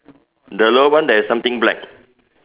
the lower one there is something black